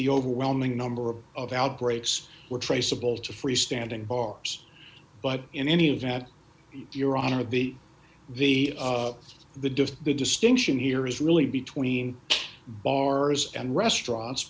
the overwhelming number of outbreaks were traceable to freestanding bars but in any event you're one of the the the the distinction here is really between bars and restaurants